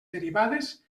derivades